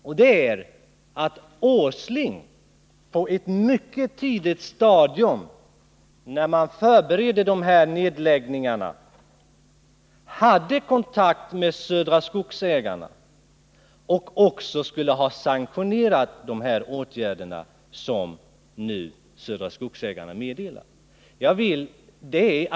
Uppgiften gäller att herr Åsling på ett mycket tidigt stadium när man förberedde dessa nedläggningar hade kontakt med Södra Skogsägarna och också skulle ha sanktionerat de åtgärder Södra Skogsägarna nu vidtar.